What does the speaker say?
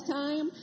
time